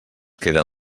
queden